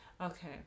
Okay